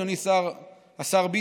אדוני השר ביטון,